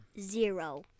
Zero